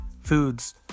foods